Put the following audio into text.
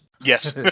Yes